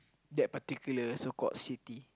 that particular so called city